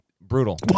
brutal